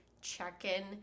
check-in